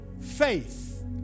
faith